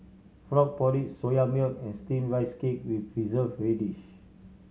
frog porridge Soya Milk and Steamed Rice Cake with Preserved Radish